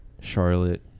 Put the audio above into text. Charlotte